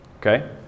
okay